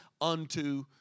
unto